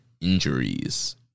injuries